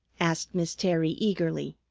asked miss terry eagerly,